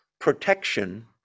protection